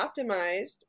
optimized